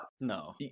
No